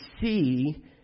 see